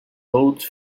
old